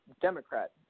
Democrat